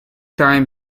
time